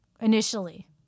initially